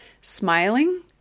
smiling